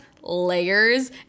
layers